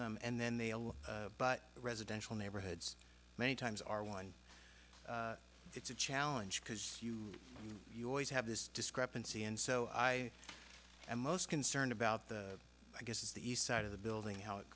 them and then they but residential neighborhoods many times are one it's a challenge because you always have this discrepancy and so i am most concerned about the i guess is the east side of the building how it